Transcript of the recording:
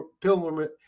pilgrimage